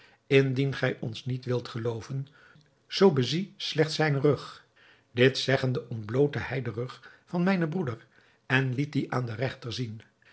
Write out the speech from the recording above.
indien gij ons niet wilt gelooven zoo bezie slechts zijnen rug dit zeggende ontblootte hij den rug van mijnen broeder en liet dien aan den regter zien